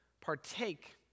partake